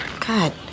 god